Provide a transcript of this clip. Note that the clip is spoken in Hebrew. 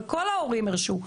אבל כל ההורים הרשו.